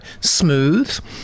Smooth